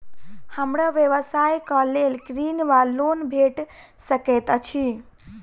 हमरा व्यवसाय कऽ लेल ऋण वा लोन भेट सकैत अछि?